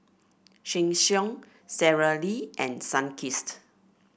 Sheng Siong Sara Lee and Sunkist